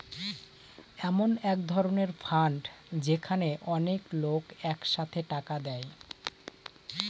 এমন এক ধরনের ফান্ড যেখানে অনেক লোক এক সাথে টাকা দেয়